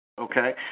Okay